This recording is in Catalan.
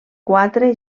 quatre